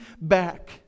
back